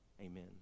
Amen